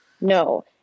No